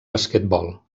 basquetbol